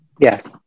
Yes